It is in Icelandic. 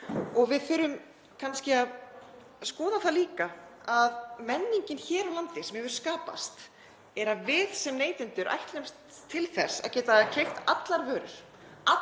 Við þurfum kannski að skoða það líka að menningin hér á landi sem hefur skapast er að við sem neytendur ætlumst til þess að geta keypt allar vörur